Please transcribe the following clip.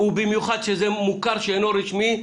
ובמיוחד שזה מוכר שאינו רשמי,